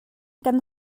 kan